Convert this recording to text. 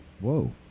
Whoa